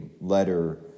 letter